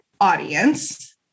audience